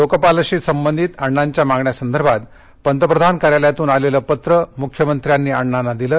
लोकपालशी संबंधित अण्णांच्या मागण्यांसंदर्भात पंतप्रधान कार्यालयातून आलेलं पत्र मुख्यमंत्र्यांनी अण्णांना दिलं